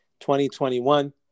2021